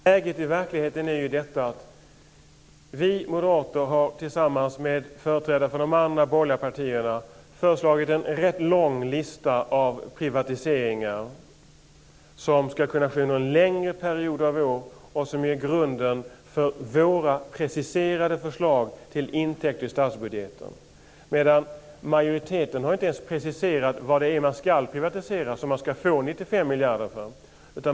Fru talman! Verkligheten är att vi moderater tillsammans med företrädare för de andra borgerliga partierna har föreslagit en rätt lång lista av privatiseringar som ska kunna ske över en längre period av år och som ger grunden för våra preciserade förslag till intäkter i statsbudgeten. Majoriteten har inte ens preciserat vad det är man ska privatisera så att man ska få 95 miljarder.